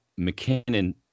McKinnon